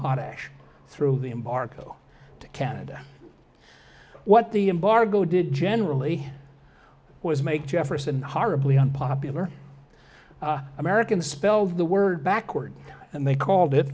potash through the embargo to canada what the embargo did generally was make jefferson a horribly unpopular american to spell the word backwards and they called it